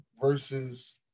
versus